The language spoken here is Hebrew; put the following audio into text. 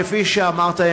כפי שאמרת,